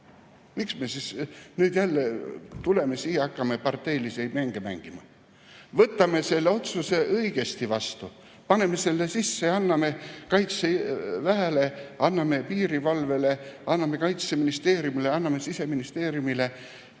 Miks me siis nüüd jälle tuleme siia ja hakkame parteilisi mänge mängima? Võtame selle otsuse õigesti vastu, paneme selle sisse, anname Kaitseväele, anname piirivalvele, anname Kaitseministeeriumile ja anname Siseministeeriumile